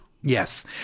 Yes